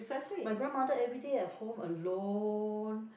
my grandmother everyday at home alone